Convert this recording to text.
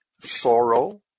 sorrow